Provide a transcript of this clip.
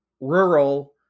rural